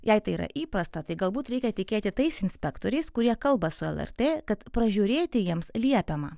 jei tai yra įprasta tai galbūt reikia tikėti tais inspektoriais kurie kalba su lrt kad pražiūrėti jiems liepiama